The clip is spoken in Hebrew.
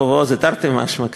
כובעו זה תרתי משמע,